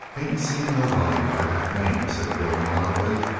ain't seen nobody by that name, said bill mildly.